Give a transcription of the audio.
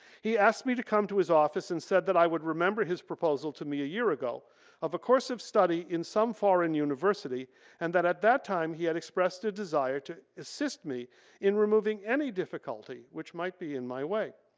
he asked me to come to his office and said that i would remember his proposal to me a year ago of a course of study in some foreign university and that time he had expressed a desire to assist me in removing any difficulty which might be in my way.